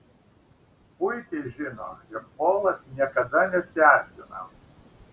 puikiai žino jog polas niekada nesierzina